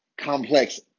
Complex